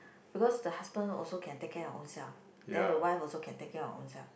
because the husband also can take care of ownself then the wife also can take care of ownself